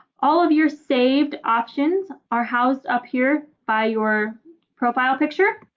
all of your saved options are housed up here by your profile picture.